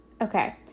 Okay